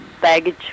baggage